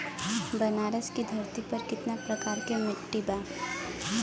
बनारस की धरती पर कितना प्रकार के मिट्टी बा?